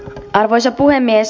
arvoisa puhemies